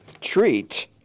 treat